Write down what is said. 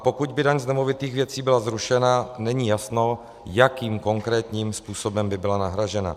Pokud by daň z nemovitých věcí byla zrušena, není jasné, jakým konkrétním způsobem byla nahrazena.